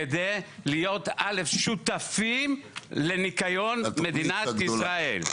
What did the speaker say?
כדי להיות שותפים לניקיון מדינת ישראל.